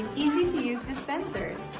easy-to-use dispensers.